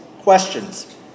questions